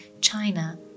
China